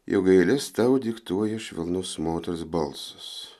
jog eiles tau diktuoja švelnus moters balsas